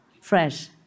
fresh